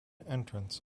entrance